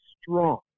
strong